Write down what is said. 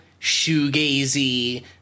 shoegazy